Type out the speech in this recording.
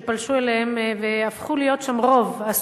שהסודנים פלשו אליהן והפכו להיות שם רוב.